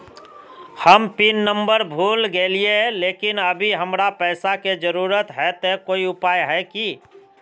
हम pin number भूल गेलिये लेकिन अभी हमरा पैसा के जरुरत है ते कोई उपाय है की?